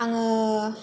आङो